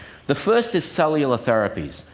the first is cellular therapies.